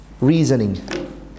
reasoning